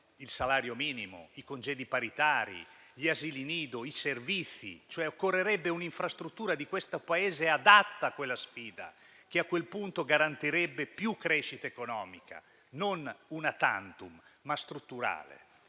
il salario minimo, i congedi paritari, gli asili nido e i servizi, cioè occorrerebbe un'infrastruttura di questo Paese adatta a quella sfida, che a quel punto garantirebbe più crescita economica, non *una tantum*, ma strutturale.